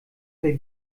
der